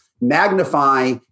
magnify